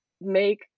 make